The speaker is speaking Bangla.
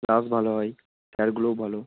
ক্লাস ভালো হয় স্যারগুলোও ভালো